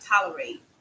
tolerate